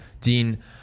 Dean